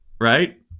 right